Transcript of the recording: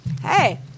Hey